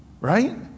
Right